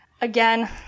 Again